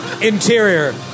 Interior